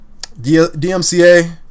DMCA